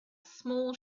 small